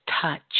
touch